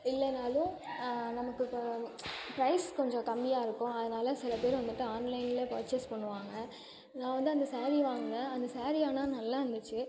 இல்லைன்னாலும் நமக்கு இப்போ ப்ரைஸ் கொஞ்சம் கம்மியாக இருக்கும் அதனால சில பேர் வந்துவிட்டு ஆன்லைன்லேயே பர்ச்சஸ் பண்ணுவாங்க நான் வந்து அந்த ஸேரீ வாங்கினேன் அந்த ஸேரீ ஆனால் நல்லா இருந்துச்சு